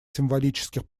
символических